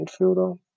midfielder